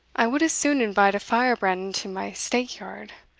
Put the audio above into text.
i would as soon invite a firebrand into my stackyard.